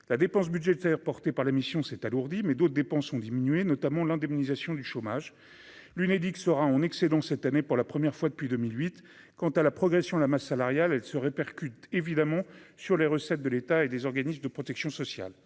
la dépense budgétaire, porté par la mission s'est alourdi, mais d'autres dépenses ont diminué, notamment l'indemnisation du chômage, l'Unédic sera en excédent cette année pour la première fois depuis 2008, quant à la progression de la masse salariale, elle se répercute évidemment sur les recettes de l'État et des organismes de protection sociale